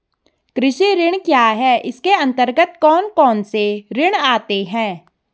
कृषि ऋण क्या है इसके अन्तर्गत कौन कौनसे ऋण आते हैं?